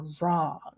wrong